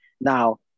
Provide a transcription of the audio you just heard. Now